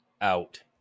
out